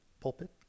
Pulpit